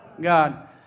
God